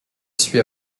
suit